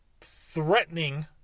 threatening